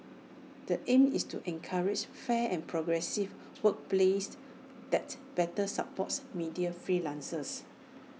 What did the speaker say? the aim is to encourage fair and progressive workplaces that better supports media freelancers